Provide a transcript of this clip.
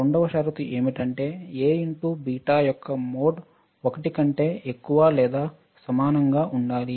రెండవ షరతు ఏమిటంటే Axబీటా యొక్క మోడ్ 1 కంటే ఎక్కువ లేదా సమానంగా ఉండాలి